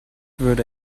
würde